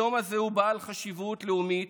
היום הזה הוא בעל חשיבות לאומית,